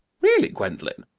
really, gwendolen,